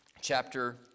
chapter